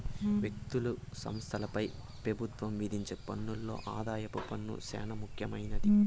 వ్యక్తులు, సంస్థలపై పెబుత్వం విధించే పన్నుల్లో ఆదాయపు పన్ను సేనా ముఖ్యమైంది